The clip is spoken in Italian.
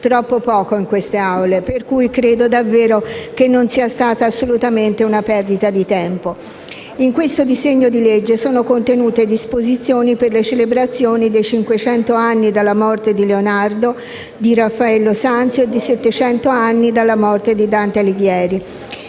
troppo poco in queste Aule, per cui credo davvero che non sia stata assolutamente una perdita di tempo. In questo disegno di legge sono contenute disposizioni per le celebrazioni dei cinquecento anni dalla morte di Leonardo e di Raffaello Sanzio e dei settecento anni dalla morte di Dante Alighieri.